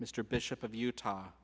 mr bishop of utah